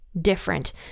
different